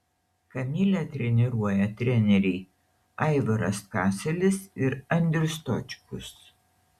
kamilę treniruoja treneriai aivaras kaselis ir andrius stočkus